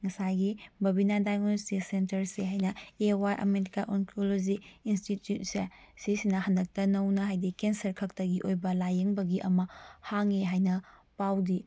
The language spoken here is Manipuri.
ꯉꯁꯥꯏꯒꯤ ꯕꯕꯤꯅꯥ ꯗꯥꯏꯅꯣꯁꯇꯤꯛ ꯁꯦꯟꯇꯔꯁꯦ ꯍꯥꯏꯅ A O I America oncology ꯏꯟꯁꯇꯤꯇ꯭ꯌꯨꯠꯁꯦ ꯁꯤꯁꯤꯅ ꯍꯟꯗꯛꯇ ꯅꯧꯅ ꯍꯥꯏꯗꯤ ꯀꯦꯟꯁꯔ ꯈꯛꯇꯒꯤ ꯑꯣꯏꯕ ꯂꯥꯏꯌꯦꯡꯕꯒꯤ ꯑꯃ ꯍꯥꯡꯉꯤ ꯍꯥꯏꯅ ꯄꯥꯎꯗꯤ